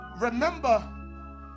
remember